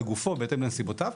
לגופו ובהתאם לסיבותיו.